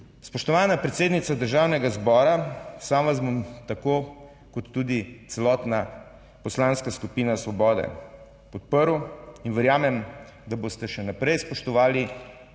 Spoštovana predsednica Državnega zbora, sam vas bom tako kot tudi celotna Poslanska skupina Svobode podprl in verjamem, da boste še naprej spoštovali